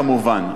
כמובן,